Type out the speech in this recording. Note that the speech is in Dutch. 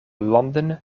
landen